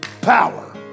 power